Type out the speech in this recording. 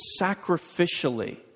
sacrificially